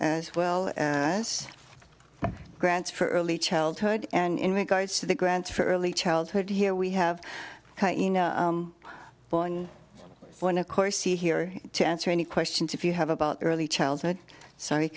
as well as grants for early childhood and in regards to the grants for early childhood here we have one of course see here to answer any questions if you have about early childhood sorry